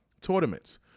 tournaments